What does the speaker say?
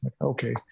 Okay